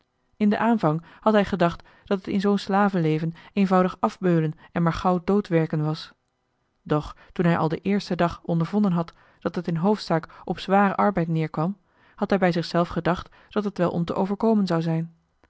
in den aanvang had hij gedacht dat het in zoo'n slavenleven eenvoudig afbeulen en maar gauw doodwerken was doch toen hij al den eersten dag ondervonden had dat het in hoofdzaak op zwaren arbeid neerkwam had hij bij zichzelf gedacht dat het wel om te overkomen zou zijn